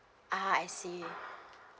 ah I see